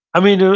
i mean, yeah